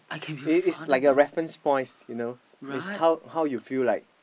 it it's like a reference points you know is how how you feel like